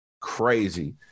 crazy